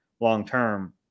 long-term